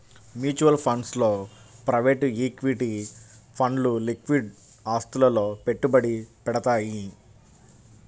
mutual funds లో private equity ఫండ్లు liquid ఆస్తులలో పెట్టుబడి పెడతయ్యి